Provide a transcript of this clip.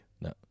no